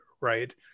right